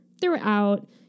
throughout